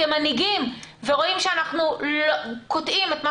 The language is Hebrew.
כמנהיגים ורואים שאנחנו קוטעים את מה